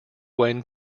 wayne